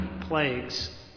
plagues